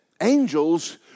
angels